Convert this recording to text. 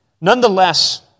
Nonetheless